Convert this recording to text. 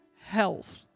health